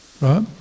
right